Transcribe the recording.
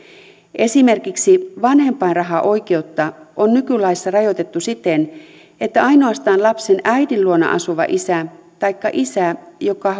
esimerkiksi vanhempainrahaoikeutta on nykylaissa rajoitettu siten että ainoastaan lapsen äidin luona asuva isä taikka isä joka